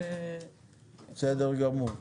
בסדר גמור.